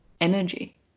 energy